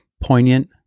poignant